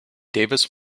davis